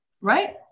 right